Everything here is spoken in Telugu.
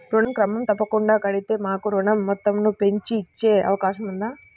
ఋణం క్రమం తప్పకుండా కడితే మాకు ఋణం మొత్తంను పెంచి ఇచ్చే అవకాశం ఉందా?